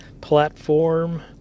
platform